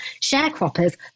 sharecroppers